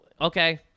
okay